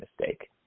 mistake